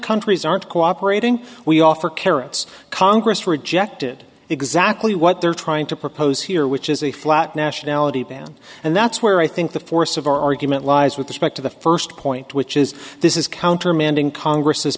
countries aren't cooperating we offer carrots congress rejected exactly what they're trying to propose here which is a flat nationality ban and that's where i think the force of our argument lies with the spec to the first point which is this is countermanding congress